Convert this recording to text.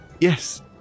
yes